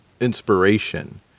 inspiration